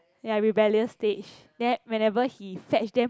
ya rebellious stage then whenever he fetch them